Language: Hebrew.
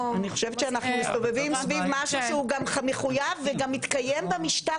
אני חושבת שאנחנו מסתובבים סביב משהו שהוא גם מחויב וגם מתקיים במשטר